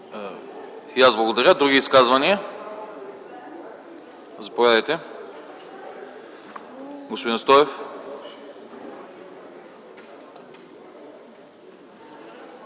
И аз благодаря. Други изказвания? Заповядайте, господин Стоев.